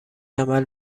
عمل